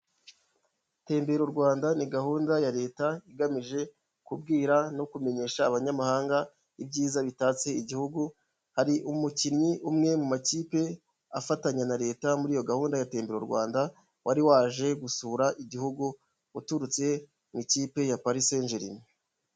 Tembera u Rwanda ni gahunda ya leta igamije kubwira no kumenyesha abanyamahanga ibyiza bitatse igihugu hari umukinnyi umwe mu makipe afatanya na leta muri iyo gahunda ya tembera u Rwanda wari waje gusura igihugu uturutse mu ikipe ya parisenjerime.